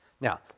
Now